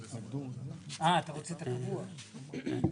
בבקשה.